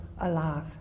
alive